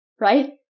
right